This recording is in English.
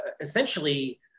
essentially